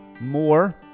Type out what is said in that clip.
more